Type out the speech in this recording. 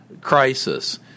crisis –